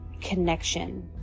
connection